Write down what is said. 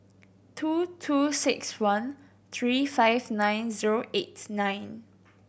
two two six one three five nine zero eight nine